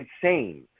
insane